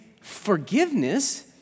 forgiveness